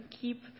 keep